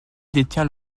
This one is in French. détient